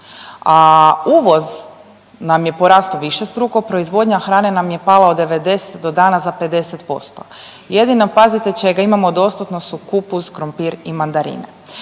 a uvoz nam je porastao višestruko, proizvodnja hrane nam je pala od 90 do danas za 50%. Jedino pazite čega imamo dostatno su kupus, krumpir i mandarine.